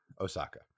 Osaka